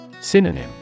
Synonym